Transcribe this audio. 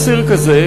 בדיוק אסיר כזה,